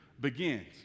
begins